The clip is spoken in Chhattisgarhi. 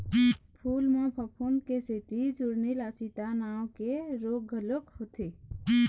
फूल म फफूंद के सेती चूर्निल आसिता नांव के रोग घलोक होथे